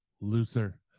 looser